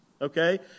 okay